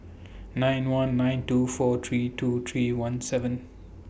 nine one nine two four three two three one seven